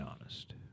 honest